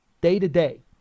day-to-day